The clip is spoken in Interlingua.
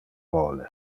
vole